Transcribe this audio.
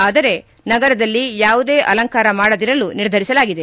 ಆದರೆ ನಗರದಲ್ಲಿ ಯಾವುದೇ ಅಲಂಕಾರ ಮಾಡದಿರಲು ನಿರ್ಧರಿಸಲಾಗಿದೆ